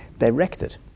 Directed